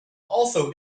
also